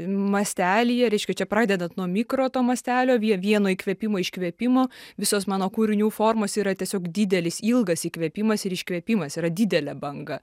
mastelyje reiškia čia pradedant nuo mikro to mastelio vie vieno įkvėpimo iškvėpimo visos mano kūrinių formos yra tiesiog didelis ilgas įkvėpimas ir iškvėpimas yra didelė banga